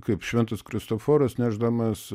kaip šventas kristoforas nešdamas